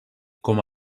com